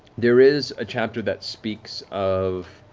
there is a chapter that speaks of